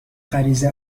غریزه